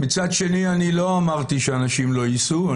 מצד שני אני לא אמרתי שאנשים לא ייסעו.